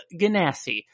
Ganassi